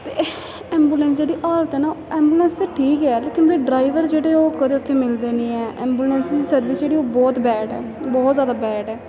ते ऐंबुलेंस जेह्ड़ी हालत ऐ ना ऐंबुलेंस ते ठीक ऐ लेकिन ड्राइवर जेह्ड़े ओह् कदें उत्थें मिलदे नेईं ऐंबुलेंस दी सर्विस जेह्ड़ी ऐ ओह् बहुत बैड ऐ ओह् बहुत जादा बैड ऐ